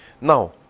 Now